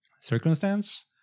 circumstance